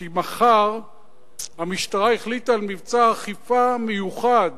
כי המשטרה החליטה על מבצע אכיפה מיוחד